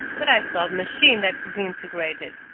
but i saw the machine that disintegrated.